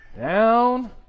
Down